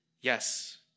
yes